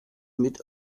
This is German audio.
mit